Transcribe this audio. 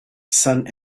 sun